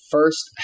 First